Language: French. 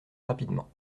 rapidement